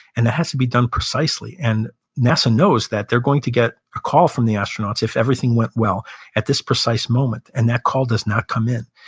and it has to be done precisely. and nasa knows that they're going to get a call from the astronauts if everything went well at this precise moment. and that call does not come in.